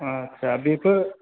आच्चा बेफोर